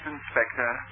Inspector